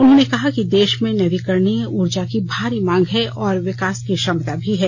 उन्होंने कहा कि देश में नवीकरणीय ऊर्जा की भारी मांग है और विकास की क्षमता भी है